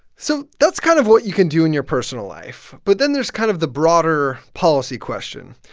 so that's kind of what you can do in your personal life but then there's kind of the broader policy question.